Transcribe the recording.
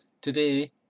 Today